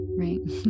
right